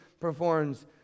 performs